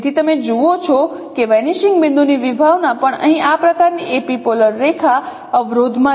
તેથી તમે જુઓ છો કે વેનીશિંગ બિંદુની વિભાવના પણ અહીં આ પ્રકારની એપિપોલર રેખા અવરોધમાં છે